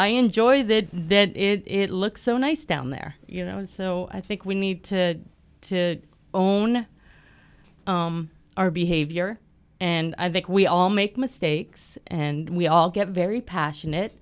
die enjoy that then it looks so nice down there you know and so i think we need to to own our behavior and i think we all make mistakes and we all get very passionate